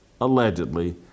allegedly